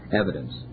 evidence